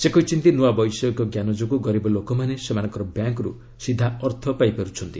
ସେ କହିଛନ୍ତି ନୂଆ ବୈଷୟିକଜ୍ଞାନ ଯୋଗୁଁ ଗରିବ ଲୋକମାନେ ସେମାନଙ୍କର ବ୍ୟାଙ୍କ୍ରୁ ସିଧା ଅର୍ଥ ପାଇପାରୁଛନ୍ତି